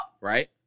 right